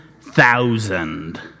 thousand